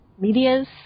Medias